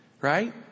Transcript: right